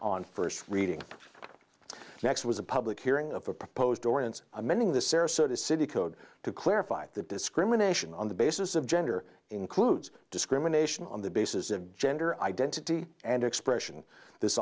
on first reading next was a public hearing of a proposed dorrance amending the sarasota city code to clarify that discrimination on the basis of gender includes discrimination on the basis of gender identity and expression this